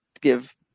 give